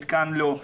מתקן לא.